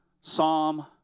psalm